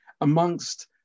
amongst